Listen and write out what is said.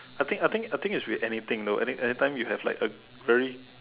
I think I think I think it's with anything know like anytime you have like a very